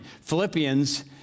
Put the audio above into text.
Philippians